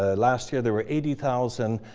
ah last year there were eighty thousand